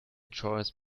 choice